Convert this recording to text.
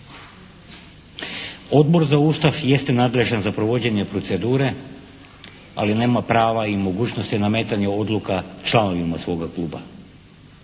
Odbor za Ustav jeste nadležan za provođenje procedure, ali nema prava i mogućnosti nametanja odluka članovima svoga kluba.